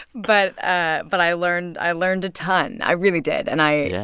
but ah but i learned i learned a ton. i really did. and i. yeah